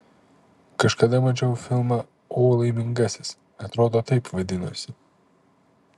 kažkada mačiau filmą o laimingasis atrodo taip vadinosi